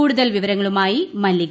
കൂടുതൽ വിവരങ്ങളുമായി മല്ലിക